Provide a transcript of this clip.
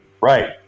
Right